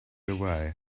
away